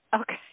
Okay